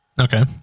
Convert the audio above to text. okay